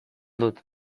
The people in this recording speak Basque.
dut